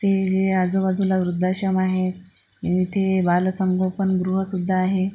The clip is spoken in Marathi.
ती जी आजूबाजूला वृद्धाश्रम आहे इथे बालसंगोपन गृहसुद्धा आहे